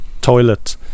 toilet